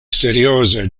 serioze